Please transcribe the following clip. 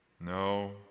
No